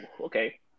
okay